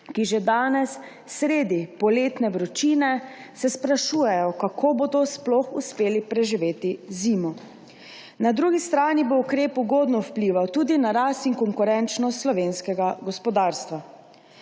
se že danes sredi poletne vročine sprašujejo, kako bodo sploh uspeli preživeti zimo. Na drugi strani bo ukrep ugodno vplival tudi na rast in konkurenčnost slovenskega gospodarstva.